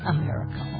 America